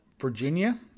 Virginia